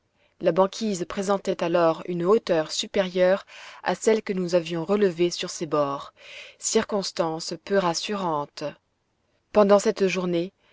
la banquise présentait alors une hauteur supérieure à celle que nous avions relevée sur ses bords circonstance peu rassurante pendant cette journée